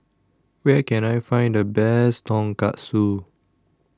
Where Can I Find The Best Tonkatsu